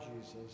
Jesus